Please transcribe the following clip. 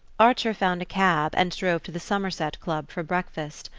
archer found a cab and drove to the somerset club for breakfast.